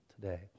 today